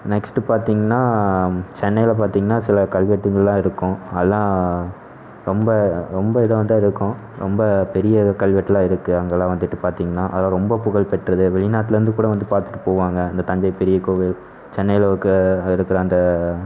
next பாத்திங்கனா சென்னையில் பாத்திங்கனா சில கல்வெட்டுகள்லாம் இருக்கும் அதலாம் ரொம்ப ரொம்ப இது இருக்கும் ரொம்ப பெரிய கல்வெட்டுலாம் இருக்குது அங்கேலாம் வந்துட்டு பாத்திங்கனா அதலாம் ரொம்ப புகழ் பெற்றது வெளிநாட்லருந்து கூட வந்து பார்த்துட்டு போவாங்க அந்த தஞ்சை பெரிய கோவில் சென்னையில் ஒர்க்க இருக்கிற அந்த